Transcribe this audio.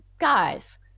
guys